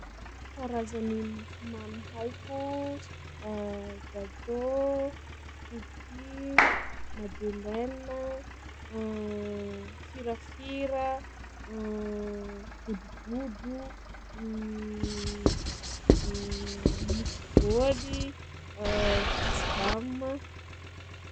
Karazagny mofomamy haiko: gatô, cookie, madeleine, firafira, godrogodro, mofo bôly, cuisse dame,